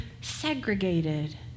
segregated